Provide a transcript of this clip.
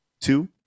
two